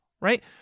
right